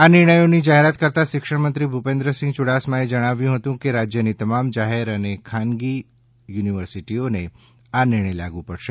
આ નિર્ણયોની જાહેરાત કરતા શિક્ષણ મંત્રી ભૂપેન્દ્રસિંહ યુડાસમાએ જણાવ્યું હતું કે રાજ્યની તમામ જાહેર અને ખાનગી યુનિવર્સિટીઓને આ નિર્ણય લાગુ પડશે